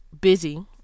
busy